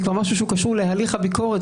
זה משהו שקשור להליך הביקורת.